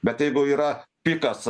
bet jeigu yra pikas